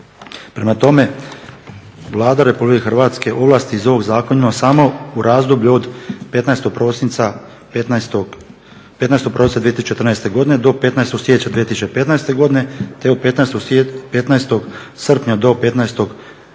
Prema tome, Vlada Republike Hrvatske ovlasti iz ovog zakona ima samo u razdoblju od 15. prosinca 2014. godine do 15. siječnja 2015. godine,